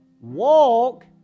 Walk